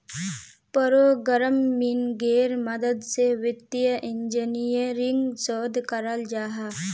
प्रोग्रम्मिन्गेर मदद से वित्तिय इंजीनियरिंग शोध कराल जाहा